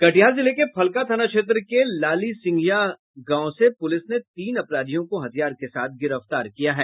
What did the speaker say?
कटिहार जिले के फलका थाना क्षेत्र के लाली सिंहिया गांव से पुलिस ने तीन अपराधियों को हथियार के साथ गिरफ्तार किया है